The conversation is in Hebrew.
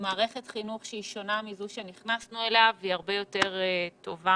מערכת חינוך שהיא שונה מזו שנכנסנו אליה ושהיא הרבה יותר טובה